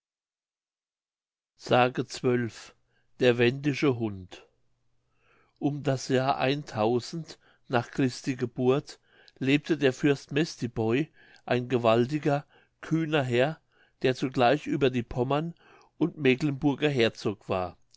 s der wendische hund um das jahr eintausend nach christi geburt lebte der fürst mestiboi ein gewaltiger kühner herr der zugleich über die pommern und mecklenburger herzog war